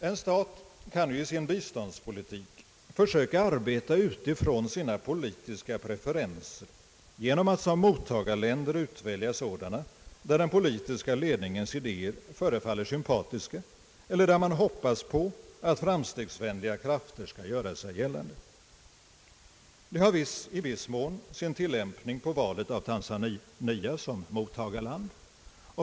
En stat kan i sin biståndspolitik försöka arbeta utifrån sina politiska preferenser genom att som mottagarländer utvälja sådana, där den politiska ledningens idéer förefaller sympatiska, eller där man hoppas på att framstegsvänliga krafter skall göra sig gällande. Det har i viss mån sin tillämpning på valet av Tanzania som mottagarland.